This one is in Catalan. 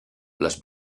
les